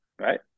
right